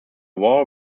war